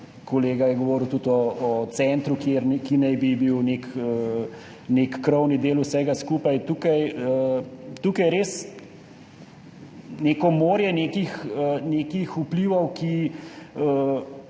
kolega je govoril tudi o centru, ki naj bi bil nek krovni del vsega skupaj. Tukaj je res morje nekih vplivov, ki